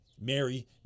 Mary